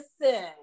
listen